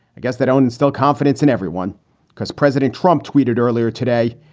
i guess they don't instill confidence in everyone because president trump tweeted earlier today.